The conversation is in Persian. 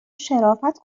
شرافت